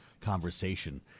conversation